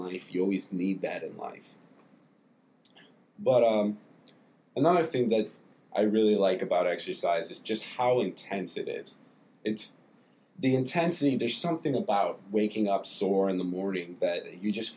what if you always need that in life but another thing that i really like about exercise is just how intense it is it's the intensity there's something about waking up sore in the morning that you just